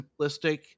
simplistic